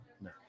No